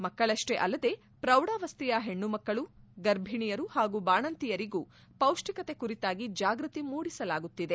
ಮಕ್ಕಳಷ್ಟೇ ಅಲ್ಲದೆ ಪೌಢಾವಸ್ಟೆಯ ಹೆಣ್ಣುಮಕ್ಕಳು ಗರ್ಭಿಣಿಯರು ಹಾಗೂ ಬಾಣಂತಿಯರಿಗೂ ಪೌಷ್ಟಿಕತೆ ಕುರಿತಾಗಿ ಜಾಗೃತಿ ಮೂಡಿಸಲಾಗುತ್ತಿದೆ